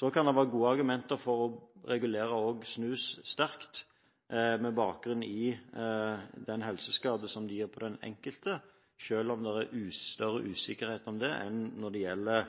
Det kan være gode argumenter for også å regulere snusbruk sterkt – med bakgrunn i den helseskade som det gir den enkelte – selv om det er større usikkerhet om det enn når det gjelder